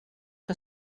que